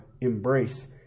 embrace